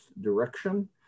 direction